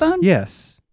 Yes